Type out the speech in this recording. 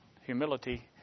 humility